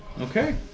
Okay